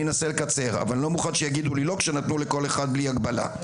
אני אנסה לקצר אבל לא מוכן שיגידו לי לא כשנתנו לכל אחד בלי הגבלה.